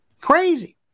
crazy